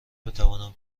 بتوانم